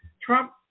Trump-